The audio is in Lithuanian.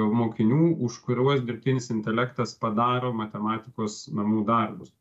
mokinių už kuriuos dirbtinis intelektas padaro matematikos namų darbus